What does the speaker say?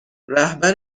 رهبر